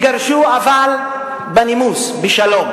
זו יכולה להיות בשורה למי שכבר קנה ובשורה טובה למי שעוד לא קנה.